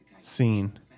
scene